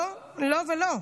לא, לא ולא.